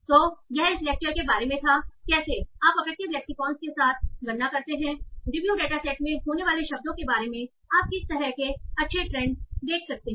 तो यह इस लेक्चर के बारे में था कैसे आप अफेक्टिव लेक्सीकौन के साथ गणना करते हैं रिव्यू डेटा सेट में होने वाले शब्दों के बारे में आप किस तरह के अच्छे ट्रेंड देख सकते हैं